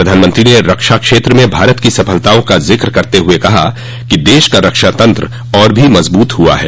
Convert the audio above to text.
प्रधानमंत्री ने रक्षा क्षेत्र में भारत की सफलताओं का जिक्र करते हुए कहा कि देश का रक्षा तंत्र और भी मजबूत हुआ है